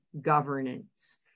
governance